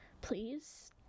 please